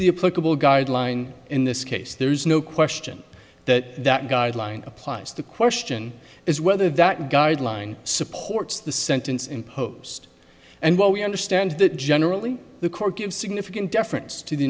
approachable guideline in this case there is no question that that guideline applies the question is whether that guideline supports the sentence imposed and what we understand that generally the court give significant deference to the